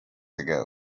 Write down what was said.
ago